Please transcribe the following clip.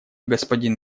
господин